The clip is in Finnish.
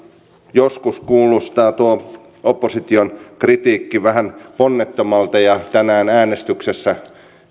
joskus kuulostaa tuo opposition kritiikki vähän ponnettomalta ja tänään äänestyksessä